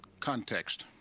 context.